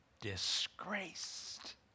disgraced